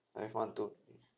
five one two okay